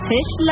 Fish